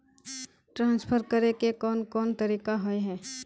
Transfer करे के कोन कोन तरीका होय है?